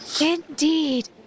Indeed